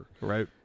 right